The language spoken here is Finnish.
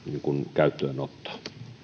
käyttöönotto